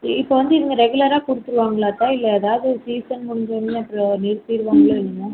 இப்போ வந்து இவங்க ரெகுலராக கொடுத்துருவாங்களா இப்போ இல்லை எதாவது சீசன் முடிஞ்சோன நிறுத்திருவாங்ளோ என்னமோ